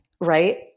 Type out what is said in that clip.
Right